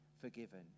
forgiven